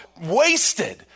wasted